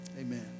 amen